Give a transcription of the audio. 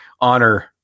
honor